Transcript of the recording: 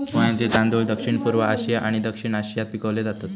पोह्यांचे तांदूळ दक्षिणपूर्व आशिया आणि दक्षिण आशियात पिकवले जातत